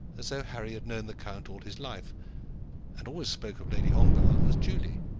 as though harry had known the count all his life and always spoke of lady ongar as julie.